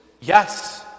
yes